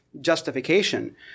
justification